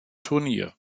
turnier